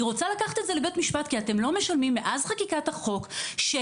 היא רוצה לקחת את זה לבית משפט כי אתם לא משלמים מאז חקיקת החוק שקל,